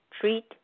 Treat